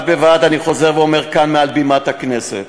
בד בבד, אני חוזר ואומר כאן, מעל בימת הכנסת: